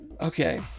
Okay